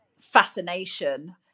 fascination